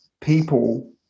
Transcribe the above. people